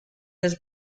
his